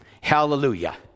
Hallelujah